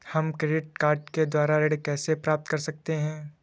हम credit card के द्वारा ऋण कैसे प्राप्त कर सकते हैं?